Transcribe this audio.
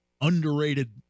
underrated